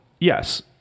yes